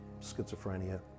schizophrenia